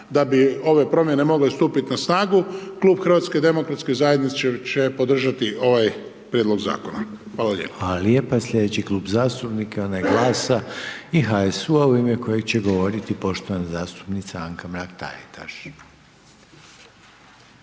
da bi ove promjene stupiti na snagu, Klub HDZ-a će podržati ovaj prijedlog zakona. Hvala lijepo.